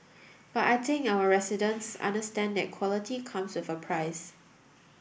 but I think our residents understand that quality comes with a price